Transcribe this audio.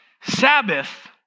Sabbath